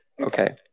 Okay